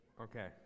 Okay